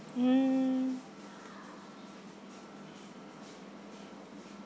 mm